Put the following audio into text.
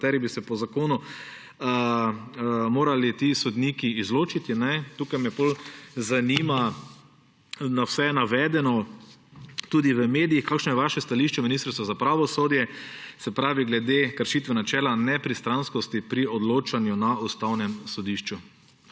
po katerih bi se po zakonu morali ti sodniki izločiti, me zanima, glede na vse navedeno tudi v medijih: Kakšno je stališče Ministrstva za pravosodje glede kršitve načela nepristranskosti pri odločanju na Ustavnem sodišču.